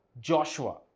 joshua